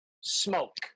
smoke